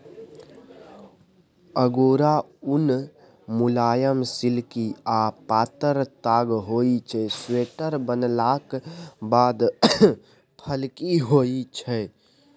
अगोरा उन मुलायम, सिल्की आ पातर ताग होइ छै स्वेटर बनलाक बाद फ्लफी होइ छै